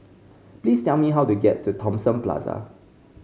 please tell me how to get to Thomson Plaza